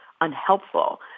unhelpful